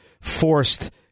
forced